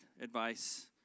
advice